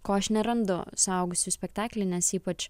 ko aš nerandu suaugusiųjų spektaklyje nes ypač